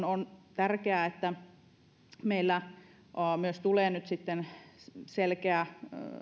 on tärkeää että meille tulee nyt sitten myös selkeä